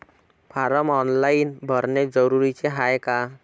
Form online भरने जरुरीचे हाय का?